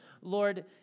Lord